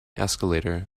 escalator